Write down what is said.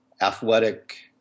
athletic